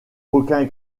aucun